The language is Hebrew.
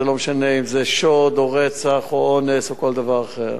ולא משנה אם זה שוד או רצח או אונס או כל דבר אחר.